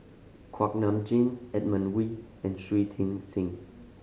Kuak Nam Jin Edmund Wee and Shui Tit Sing